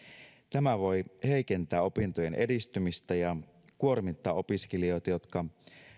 tämä voi heikentää opintojen edistymistä ja kuormittaa opiskelijoita jotka